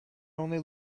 only